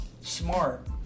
smart